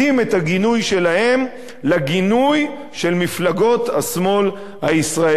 הגינוי שלהם לגינוי של מפלגות השמאל הישראלי.